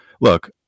Look